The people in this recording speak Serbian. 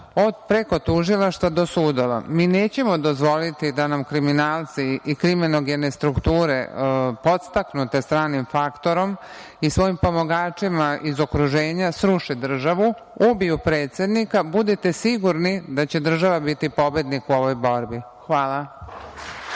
preko Tužilaštva do sudova. Mi nećemo dozvoliti da nam kriminalci i kriminogene strukture podstaknute stranim faktorom i svojim pomagačima iz okruženja sruše državu, ubiju predsednika, budite sigurni da će država biti pobednik u ovoj borbi. Hvala.